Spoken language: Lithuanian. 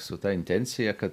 su ta intencija kad